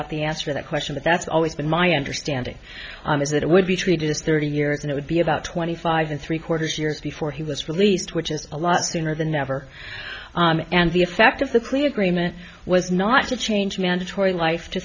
out the answer that question that that's always been my understanding is that it would be treated as thirty year and it would be about twenty five to three quarters years before he was released which is a lot sooner than never and the effect of the clear agreement was not to change mandatory life to